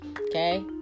Okay